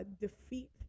defeat